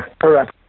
correct